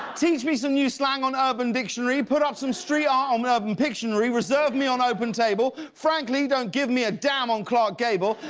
teach me some new slang on urban dictionary, put up some street art on urban pictionary, reserve me on opentable, frankly, don't give me a damn on clark gable,